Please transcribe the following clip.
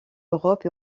europe